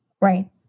Right